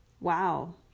wow